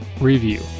Review